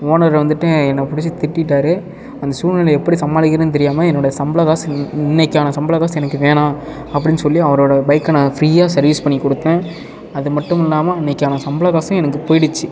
owner வந்துட்டு என்னப் பிடிச்சி திட்டிட்டாரு அந்த சூழ்நிலையை எப்படி சமாளிக்கனும்னு தெரியாமல் என்னோடய சம்பள காஸ் இன்றைக்கான சம்பள காஸ் எனக்கு வேணாம் அப்படினு சொல்லி அவரோடய பைக்கை நான் ஃபிரியாக சர்வீஸ் பண்ணிக்கொடுத்தேன் அதுமட்டுமில்லாமல் அன்றைக்கான சம்பளக் காசும் எனக்கு போயிடுச்சு